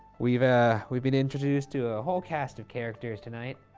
we've ah we've been introduced to a whole cast of characters tonight.